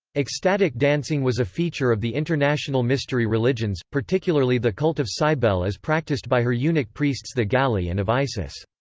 ecstatic dancing was a feature of the international mystery religions, particularly the cult of cybele as practised by her eunuch priests the galli and of isis.